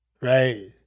right